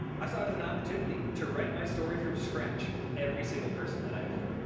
i saw it as an opportunity to write my story from scratch with every single person that i met.